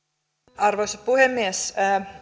arvoisa puhemies